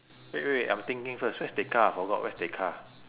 wait wait wait I'm thinking first where's tekka I forgot where's tekka